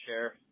share